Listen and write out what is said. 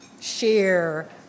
share